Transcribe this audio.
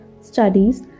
studies